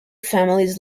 families